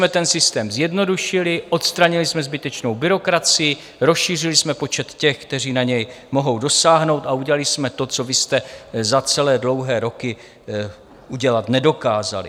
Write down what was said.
Takže my jsme ten systém zjednodušili, odstranili jsme zbytečnou byrokracii, rozšířili jsme počet těch, kteří na něj mohou dosáhnout, a udělali jsme to, co vy jste za celé dlouhé roky udělat nedokázali.